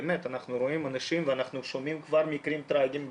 אנחנו רואים אנשים ואנחנו שומעים כבר מקרים טרגיים,